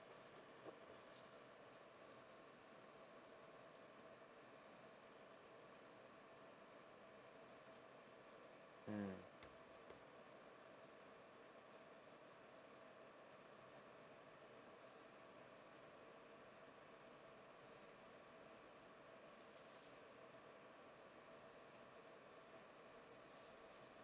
mm